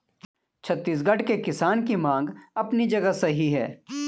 छत्तीसगढ़ के किसान की मांग अपनी जगह सही है